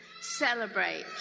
celebrate